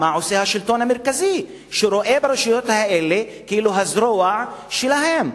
מה עושה השלטון המרכזי שרואה ברשויות האלה כאילו הזרוע שלו.